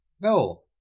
no